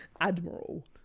Admiral